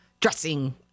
dressing